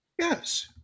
Yes